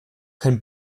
kein